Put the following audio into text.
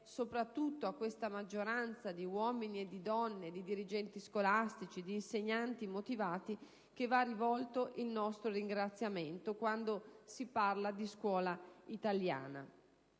soprattutto a questa maggioranza di uomini e donne, dirigenti scolastici, insegnanti motivati, vada rivolto il nostro ringraziamento quando si parla di scuola italiana.